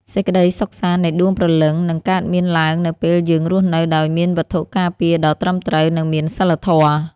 សេចក្តីសុខសាន្តនៃដួងព្រលឹងនឹងកើតមានឡើងនៅពេលយើងរស់នៅដោយមានវត្ថុការពារដ៏ត្រឹមត្រូវនិងមានសីលធម៌។